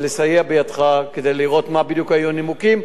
ולסייע בידך כדי לראות מה בדיוק היו הנימוקים,